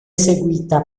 seguita